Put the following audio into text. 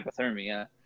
hypothermia